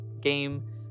game